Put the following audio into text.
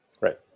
Right